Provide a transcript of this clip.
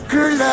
Girl